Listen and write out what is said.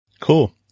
Cool